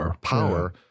power